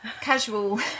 casual